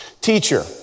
Teacher